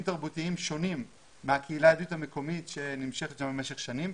תרבותיים שונים מהקהילה היהודית המקומית שנמשכת שם במשך שנים,